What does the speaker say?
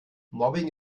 mobbing